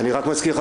אני מזכיר לך,